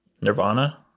nirvana